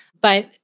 But-